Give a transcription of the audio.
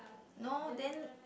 no then